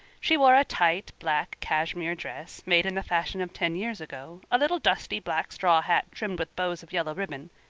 she wore a tight, black, cashmere dress, made in the fashion of ten years ago, a little dusty black straw hat trimmed with bows of yellow ribbon,